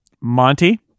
Monty